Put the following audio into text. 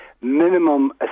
minimum